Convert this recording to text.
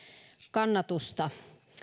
kannatusta